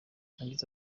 yagize